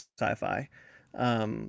sci-fi